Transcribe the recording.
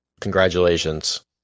congratulations